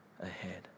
ahead